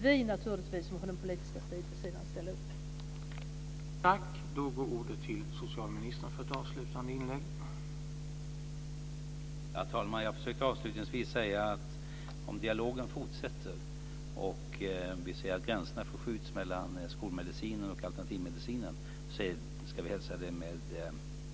Vi på den politiska sidan måste ställa upp.